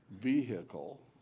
vehicle